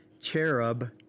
Cherub